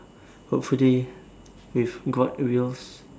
hopefully with god will